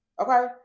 okay